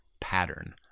pattern